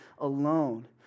alone